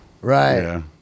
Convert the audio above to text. right